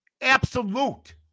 absolute